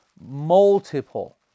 multiple